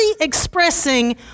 expressing